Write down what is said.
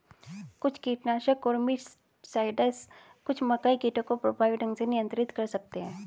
कुछ कीटनाशक और मिटसाइड्स कुछ मकई कीटों को प्रभावी ढंग से नियंत्रित कर सकते हैं